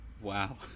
Wow